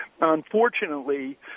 unfortunately